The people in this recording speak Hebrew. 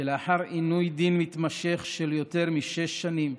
שלאחר עינוי דין מתמשך של יותר משש שנים,